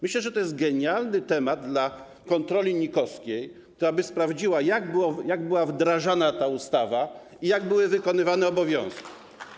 Myślę, że to jest genialny temat dla kontroli NIK-owskiej, która by sprawdziła, jak była wdrażana ta ustawa i jak były wykonywane obowiązki.